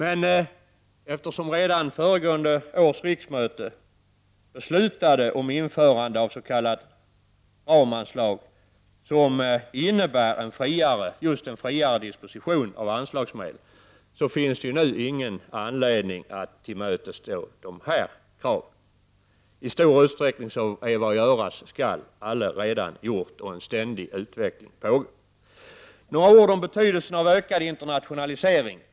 Eftersom emellertid redan föregående års riksmöte beslutade om införande av s.k. ramanslag som medger en friare disposition av anslagsmedlen, så finns det ingen anledning att nu tillmötesgå dessa krav. I stor utsträckning är vad som göras skall allaredan gjort, och en ständig utveckling pågår. Några ord om betydelsen av ökad internationalisering.